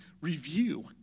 review